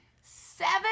Seven